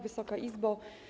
Wysoka Izbo!